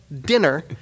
dinner